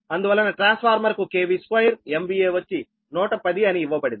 అందువలన transformer కు 2 MVA వచ్చి 110 అని ఇవ్వబడింది